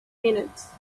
minutes